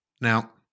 Now